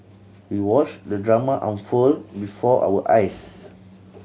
we watched the drama unfold before our eyes